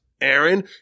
Aaron